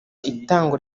itangwa